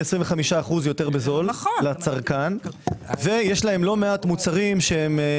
25% יותר בזול לצרכן ויש להם לא מעט מוצרים שהם